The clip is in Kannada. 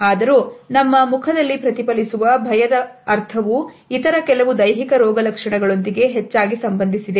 ಆದರೂ ನಮ್ಮ ಮುಖದಲ್ಲಿ ಪ್ರತಿಫಲಿಸುವ ಭಯದ ಅರ್ಥವು ಇತರ ಕೆಲವು ದೈಹಿಕ ರೋಗಲಕ್ಷಣಗಳೊಂದಿಗೆ ಹೆಚ್ಚಾಗಿ ಸಂಬಂಧಿಸಿದೆ